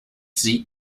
sie